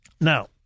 Now